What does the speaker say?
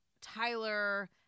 Tyler